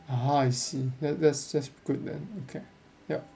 ah I see that that's just good then okay yup